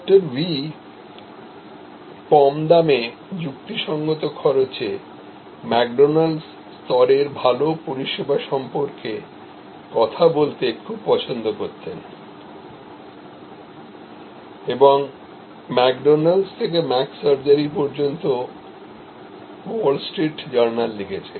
ডঃ V কম দামে যুক্তিসঙ্গত খরচে ম্যাকডোনাল্ডস স্তরের ভাল পরিষেবা সম্পর্কে কথা বলতে খুব পছন্দ করতেন এবং "ম্যাকডোনাল্ডস থেকে ম্যাক সার্জারি পর্যন্ত" ওয়াল স্ট্রিট জার্নাল লিখেছে